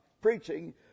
preaching